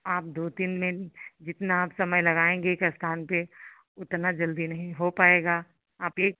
आप दो तीन दिन जितना आप समय लगाएंगे एक स्थान पर उतना जल्दी नहीं हो पाएगा आप एक